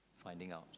finding out